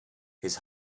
his